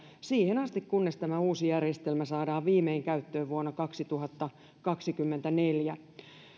siihen asti kunnes tämä uusi järjestelmä saadaan viimein käyttöön vuonna kaksituhattakaksikymmentäneljä